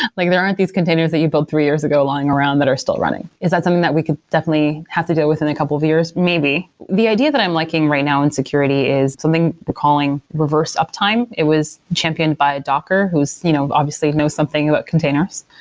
like there aren't these containers that you build three years ago lying around that are still running is that something that we could definitely have to deal with in a couple of years? maybe. the idea that i'm liking right now in security is something calling reverse up time. it was championed by docker, who's you know obviously knows something about containers.